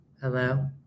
Hello